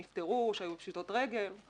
שנפטרו, שהיו בפשיטות רגל.